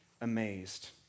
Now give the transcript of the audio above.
amazed